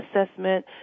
assessment